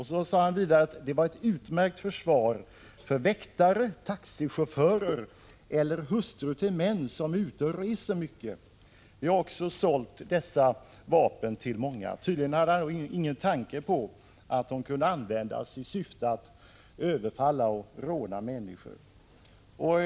Han framhöll att de var utmärkta försvarsvapen för väktare, taxichaufförer eller hustrur till män som är ute och reser mycket. Han hade också sålt dessa vapen till många personer. Tydligen hade han ingen tanke på att de kunde användas i syfte att överfalla och råna människor.